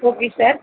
okay sir